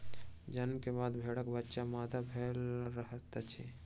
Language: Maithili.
जन्म के बाद भेड़क बच्चा मादा भेड़ लग रहैत अछि